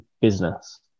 business